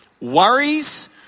worries